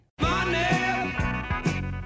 Money